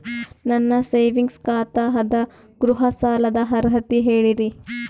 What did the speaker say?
ನನ್ನ ಸೇವಿಂಗ್ಸ್ ಖಾತಾ ಅದ, ಗೃಹ ಸಾಲದ ಅರ್ಹತಿ ಹೇಳರಿ?